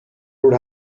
would